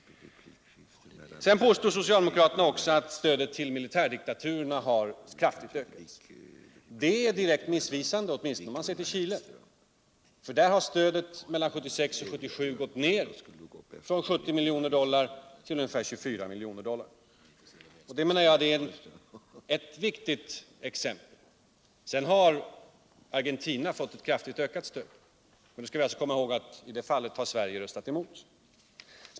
Vidare påstår socialdemokraterna att stödet till militärdiktaturerna har ökat kraftigt. Det är direkt missvisande, åtminstone om man ser till Chile. Där har stödet från 1976 till 1977 gått ned från 70 miljoner dollar till unge fär 24 miljoner dollar. Det är enligt min mening ett viktigt exempel. Argentina har visserligen fått eu kraftigt ökat stöd, men vi skall komma ihåg att Sverige i det fallet har röstat emot.